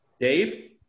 Dave